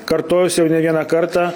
kartojausi jau ne vieną kartą